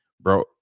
bro